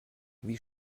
wie